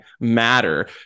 matter